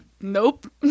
Nope